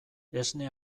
esne